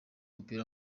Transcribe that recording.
w’umupira